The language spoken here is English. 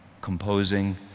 composing